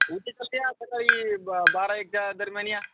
उद्या सकाळी या सकाळी बारा एक च्या दरम्यान या